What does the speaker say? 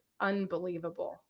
unbelievable